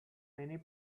many